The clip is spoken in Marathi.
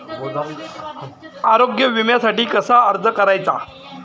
आरोग्य विम्यासाठी कसा अर्ज करायचा?